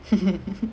tough one lah